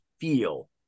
feel